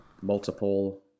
multiple